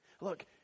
Look